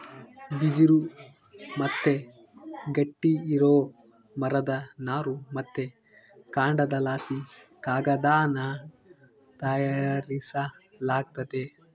ಬಿದಿರು ಮತ್ತೆ ಗಟ್ಟಿ ಇರೋ ಮರದ ನಾರು ಮತ್ತೆ ಕಾಂಡದಲಾಸಿ ಕಾಗದಾನ ತಯಾರಿಸಲಾಗ್ತತೆ